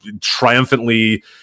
triumphantly